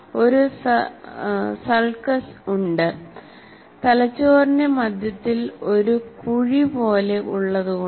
ഒരു സൾക്കസ് ഉണ്ട് തലച്ചോറിന്റെ മധ്യത്തിൽ ഒരു കുഴി പോലെ ഉള്ളതുകൊണ്ട്